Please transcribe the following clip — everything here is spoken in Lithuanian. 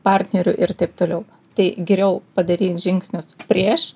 partneriu ir taip toliau tai geriau padaryt žingsnius prieš